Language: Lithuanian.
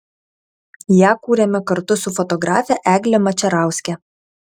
ją kūrėme kartu su fotografe egle mačerauske